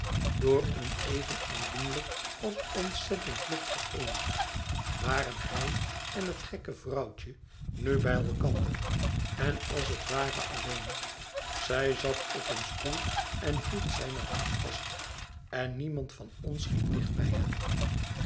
door een even aandoenlijk als ontzettend lot vereenigd waren hij en het gekke vrouwtje nu bij elkander en als het ware alleen zij zat op een stoel en hield zijne hand vast en niemand van ons ging dicht bij hen